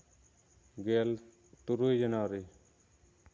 ᱜᱮᱞ ᱛᱩᱨᱩᱭ ᱡᱟᱱᱣᱟᱨᱤ